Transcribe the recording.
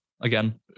again